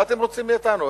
מה אתם רוצים מאתנו?